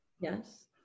Yes